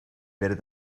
better